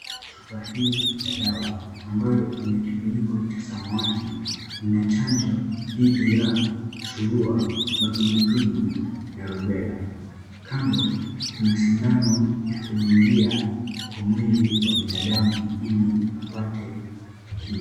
Chupa hii ya dawa ambayo ina kifuniko cha samawati ina chanjo dhidi ya surua, matumbwitumbwi, na rubela. Kando kuna sindano ya kudungia kwa mwili wa binadamu ili apate kinga.